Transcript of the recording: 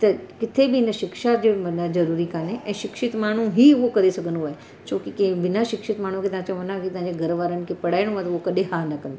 त किथे बि इन शिक्षा जे मना ज़रूरी काने ऐं शिक्षित माण्हू ई उहो करे सघंदो आहे छो की के बिना शिक्षित माण्हूअ खे तव्हां चवंदा भई इहे घर वारनि खे पढ़ाइणो वारो इहे कॾहिं हा न कंदो